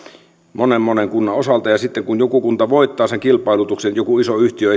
monen monen kunnan osalta ja sitten kun joku kunta voittaa sen kilpailutuksen esimerkiksi joku iso yhtiö